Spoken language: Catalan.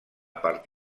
part